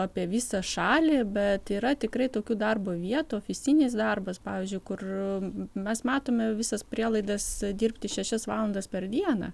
apie visą šalį bet yra tikrai tokių darbo vietų ofisinis darbas pavyzdžiui kur mes matome visas prielaidas dirbti šešias valandas per dieną